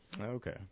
Okay